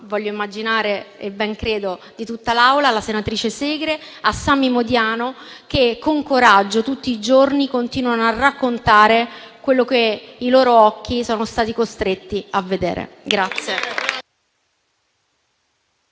voglio immaginare e ben credo di tutta l'Aula, alla senatrice Segre e a Sami Modiano, che con coraggio, tutti i giorni, continuano a raccontare quello che i loro occhi sono stati costretti a vedere.